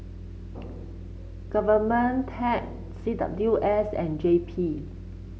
Government C W S and J P